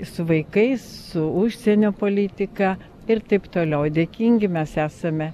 su vaikais su užsienio politika ir taip toliau dėkingi mes esame